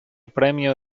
premio